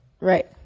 Right